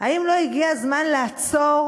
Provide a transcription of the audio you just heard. האם לא הגיע הזמן לעצור?